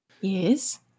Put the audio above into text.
Yes